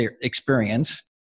experience